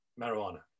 marijuana